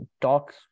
talks